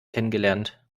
kennengelernt